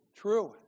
true